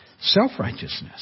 self-righteousness